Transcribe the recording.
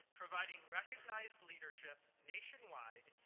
providing recognized leadership nationwide,